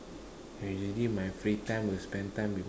usually my free time will spend time with